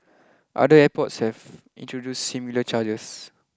other airports have introduced similar charges